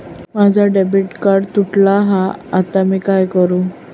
माझा debit card तुटला हा आता मी काय करू?